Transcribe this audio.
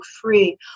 free